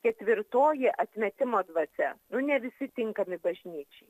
ketvirtoji atmetimo dvasia nu ne visi tinkami bažnyčiai